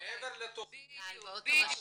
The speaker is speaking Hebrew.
-- על ההלוואות הבנקאיות.